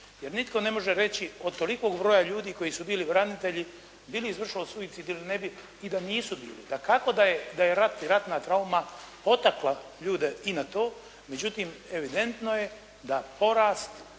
jer nitko ne može reći od tolikog broja ljudi koji su bili branitelji bili izvršili suicid ili ne bi i da nisu bili. Dakako da je rat i ratna trauma potakla ljude i na to. Međutim, evidentno je da porasta